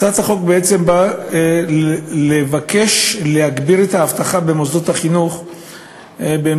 הצעת החוק באה לבקש להגביר את האבטחה במוסדות החינוך באמצעות